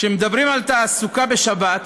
כשמדברים על תעסוקה בשבת,